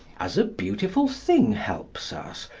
as a beautiful thing helps us,